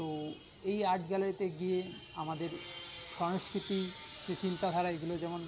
তো এই আর্ট গ্যালারিতে গিয়ে আমাদের সাংস্কৃতিক যে চিন্তাধারা এগুলো যেমন